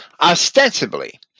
Ostensibly